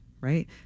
right